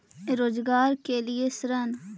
रोजगार के लिए ऋण?